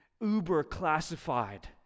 uber-classified